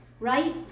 right